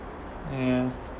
yeah